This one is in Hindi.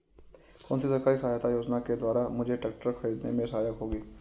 कौनसी सरकारी सहायता योजना के द्वारा मुझे ट्रैक्टर खरीदने में सहायक होगी?